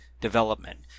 development